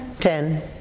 ten